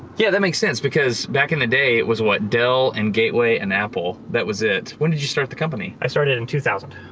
yeah, that makes sense because back in the day, it was, what, dell and gateway and apple, that was it. when did you start the company? i started in two thousand.